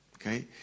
Okay